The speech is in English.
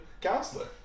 counselor